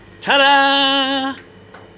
Ta-da